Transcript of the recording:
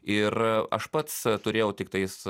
ir aš pats turėjau tiktais